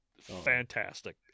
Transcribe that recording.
fantastic